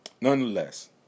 nonetheless